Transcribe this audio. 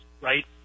right